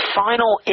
final